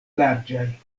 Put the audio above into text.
larĝaj